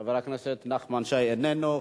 חבר הכנסת נחמן שי, איננו.